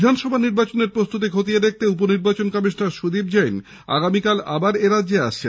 বিধানসভা নির্বাচনের প্রস্তুতি খতিয়ে দেখতে উপ নির্বাচন কমিশনার সুদীপ জৈন আগামীকাল আবার এরাজ্যে আসছেন